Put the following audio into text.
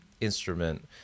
instrument